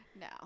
No